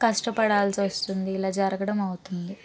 కష్టపడాల్సొస్తుంది ఇలా జరగడం అవుతుంది